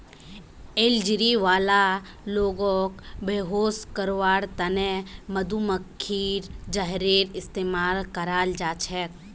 allergy वाला लोगक बेहोश करवार त न मधुमक्खीर जहरेर इस्तमाल कराल जा छेक